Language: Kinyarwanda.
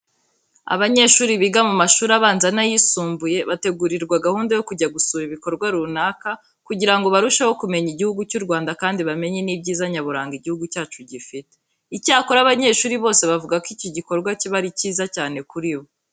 Abanyeshuri biga mu mashuri abanza n'ayisumbuye bategurirwa gahunda yo kujya gusura ibikorwa runaka kugira ngo barusheho kumenya Igihugu cy'u Rwanda kandi bamenye n'ibyiza nyaburaga igihugu cyacu gifite. Icyakora abanyeshuri bose bavuga ko iki gikorwa kiba ari cyiza cyane kuri bo.